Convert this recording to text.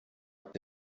sagte